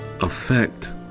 affect